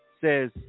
says